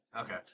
Okay